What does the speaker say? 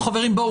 חברים,